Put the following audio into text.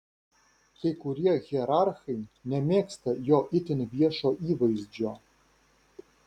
kai kurie hierarchai nemėgsta jo itin viešo įvaizdžio